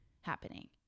happening